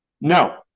No